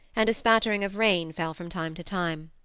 and a spattering of rain fell from time to time.